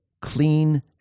clean